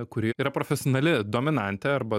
kuri yra profesionali dominantė arba